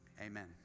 Amen